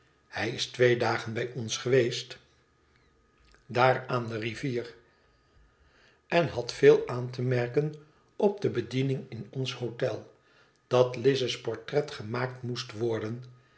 hij is twee dagen bij ons geweest aan de rivier en had veel aan te merken op de bediening in ons hotel dat lize's portret gemaakt moest worden